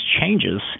changes